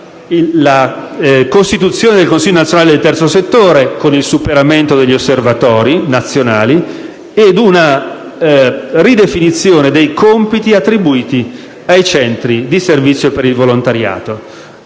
la costituzione del Consiglio nazionale del terzo settore, con il superamento degli osservatori nazionali ed una ridefinizione dei compiti attribuiti ai centri di servizio per il volontariato,